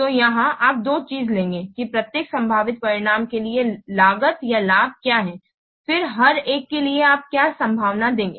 तो यहां आप दो चीजें लेंगे कि प्रत्येक संभावित परिणाम के लिए लागत या लाभ क्या है फिर हर एक के लिए आप क्या संभावना देंगे